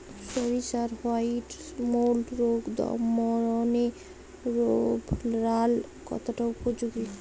সরিষার white mould রোগ দমনে রোভরাল কতটা উপযোগী?